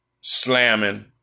slamming